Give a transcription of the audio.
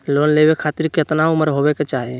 Loan लेवे खातिर केतना उम्र होवे चाही?